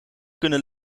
kunnen